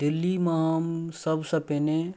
दिल्लीमे हम सबसँ पहिने